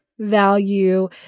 Value